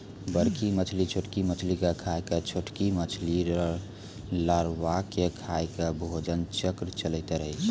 बड़की मछली छोटकी मछली के खाय के, छोटकी मछली लारवा के खाय के भोजन चक्र चलैतें रहै छै